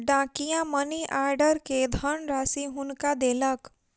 डाकिया money order के धनराशि हुनका देलक